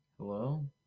Hello